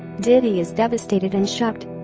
diddy is devastated and shocked.